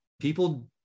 People